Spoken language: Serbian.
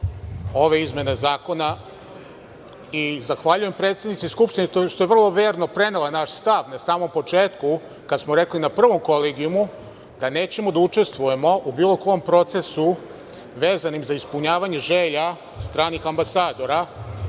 ove izmene zakona. Zahvaljujem predsednici Skupštine što je vrlo verno prenela naš stav na samom početku kada smo rekli na prvom kolegijumu da nećemo da učestvujemo u bilo kom procesu vezanim za ispunjavanje želja stranih ambasadora,